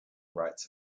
writes